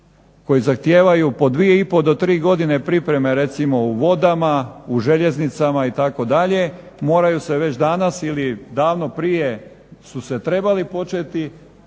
koji zahtijevaju po 2,5 do 3 godine pripreme recimo u vodama, u željeznicama itd. moraju se već danas ili davno prije su se trebali početi